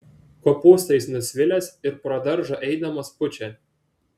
kopūstais nusvilęs ir pro daržą eidamas pučia